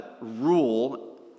rule